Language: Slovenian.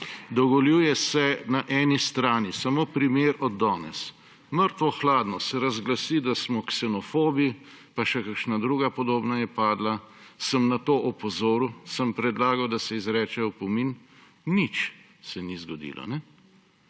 Dovoljuje se na eni strani – samo primer od danes – mrtvo hladno se razglasi, da smo ksenofobi, pa še kakšna druga podobna je padla. Sem na to opozoril, sem predlagal, da se izreče opomin. Nič se ni zgodilo.